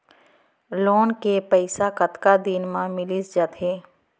Loan के पइसा कतका दिन मा मिलिस जाथे?